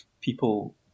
people